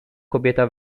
kobieta